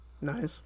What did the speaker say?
Nice